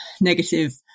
negative